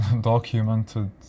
documented